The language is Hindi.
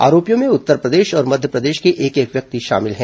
आरोपियों में उत्तरप्रदेश और मध्यप्रदेश के एक एक व्यक्ति शामिल हैं